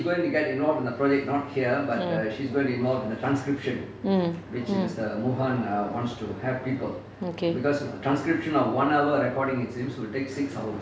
mm mm mm okay